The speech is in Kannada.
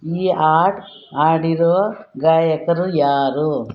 ಈ ಹಾಡ್ ಹಾಡಿರೋ ಗಾಯಕರು ಯಾರು